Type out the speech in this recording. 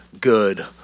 good